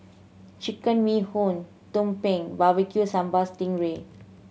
Chicken Bee Hoon tumpeng Barbecue Sambal sting ray